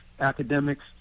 academics